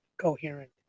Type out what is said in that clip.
coherent